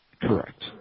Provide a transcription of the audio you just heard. Correct